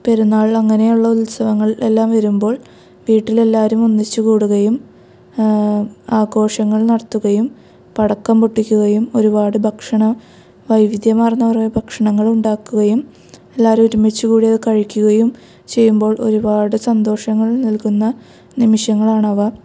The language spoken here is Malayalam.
പെരുന്നാൾ അങ്ങനെയുള്ള ഉത്സവങ്ങൾ എല്ലാം വരുമ്പോൾ വീട്ടിലെല്ലാവരും ഒന്നിച്ച് കൂടുകയും ആഘോഷങ്ങൾ നടത്തുകയും പടക്കം പൊട്ടിക്കുകയും ഒരുപാട് ഭക്ഷണം വൈവിധ്യമാർന്ന കുറേ ഭക്ഷണങ്ങളുണ്ടാക്കുകയും എല്ലാവരും ഒരുമിച്ച് കൂടി അത് കഴിക്കുകയും ചെയ്യുമ്പോൾ ഒരു പാട് സന്തോഷങ്ങൾ നൽകുന്ന നിമിഷങ്ങളാണ് അവ